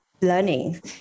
learning